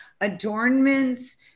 adornments